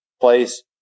place